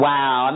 Wow